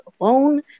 alone